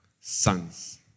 Sons